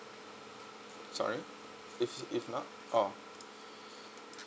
sorry if if not oh